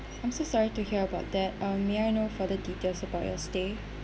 I'm so sorry to hear about that um may I know further details about your stay